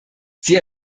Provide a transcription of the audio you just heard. sie